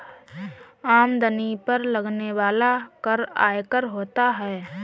आमदनी पर लगने वाला कर आयकर होता है